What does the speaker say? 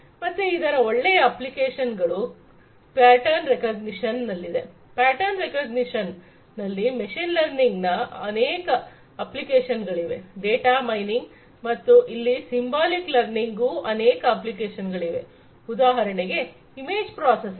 ಮತ್ತೆ ಇದರ ಒಳ್ಳೆಯ ಅಪ್ಲಿಕೇಶನ್ಗಳು ಪ್ಯಾಟರ್ನ್ ರೆಕಾಗ್ನಿಶನ್ ನಲ್ಲಿದೆ ಪ್ಯಾಟರ್ನ್ ರೆಕಾಗ್ನಿಶನ್ನಲ್ಲಿ ಮೆಷಿನ್ ಲರ್ನಿಂಗ್ ನ ಅನೇಕ ಅಪ್ಲಿಕೇಶನ್ ಗಳಿವೆ ಡೇಟಾ ಮೈನಿಂಗ್ ಮತ್ತು ಇಲ್ಲಿ ಸಿಂಬಾಲಿಕ್ ಲರ್ನಿಂಗ್ ಗೂ ಅನೇಕ ಅಪ್ಲಿಕೇಶನ್ ಗಳಿವೆ ಉದಾಹರಣೆಗೆ ಇಮೇಜ್ ಪ್ರಾಸೆಸಿಂಗ್